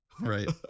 Right